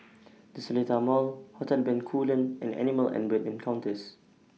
The Seletar Mall Hotel Bencoolen and Animal and Bird Encounters